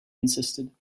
insisted